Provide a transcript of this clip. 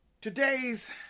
Today's